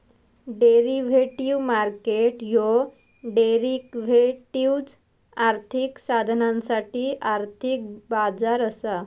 derivative market ह्यो derivatives, आर्थिक साधनांसाठी आर्थिक बाजार असा